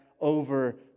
over